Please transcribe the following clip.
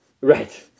right